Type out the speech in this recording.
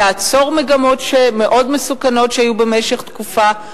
לעצור מגמות מאוד מסוכנות שהיו במשך תקופה.